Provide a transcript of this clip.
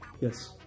Yes